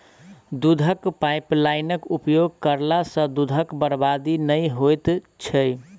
दूधक पाइपलाइनक उपयोग करला सॅ दूधक बर्बादी नै होइत छै